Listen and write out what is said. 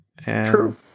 True